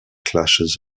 clashes